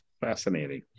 Fascinating